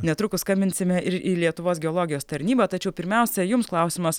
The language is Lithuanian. netrukus skambinsime ir į lietuvos geologijos tarnybą tačiau pirmiausia jums klausimas